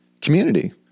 community